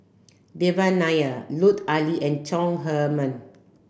Devan Nair Lut Ali and Chong Herman